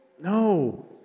No